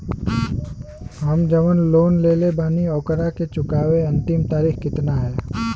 हम जवन लोन लेले बानी ओकरा के चुकावे अंतिम तारीख कितना हैं?